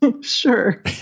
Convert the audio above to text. Sure